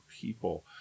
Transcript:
people